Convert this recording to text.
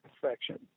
perfection